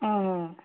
ହଁ ହଁ